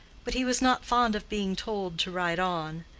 but he was not fond of being told to ride on.